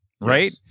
right